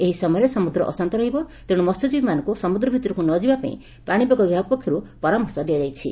ଏହି ସମୟରେ ସମୁଦ୍ର ଅଶାନ୍ତ ରହିବ ତେଣୁ ମହ୍ୟଜୀବୀମାନଙ୍କୁ ସମୁଦ୍ର ଭିତରକୁ ନ ଯିବା ପାଇଁ ପାଣିପାଗ ବିଭାଗ ପକ୍ଷରୁ ପରାମର୍ଶ ଦିଆଯାଇଛି